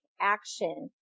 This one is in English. action